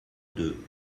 deux